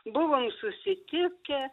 buvome susitikę